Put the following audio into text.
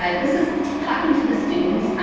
ah this is talking to the student.